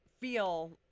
feel